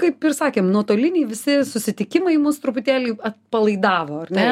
kaip ir sakėm nuotoliniai visi susitikimai mus truputėlį atpalaidavo ar ne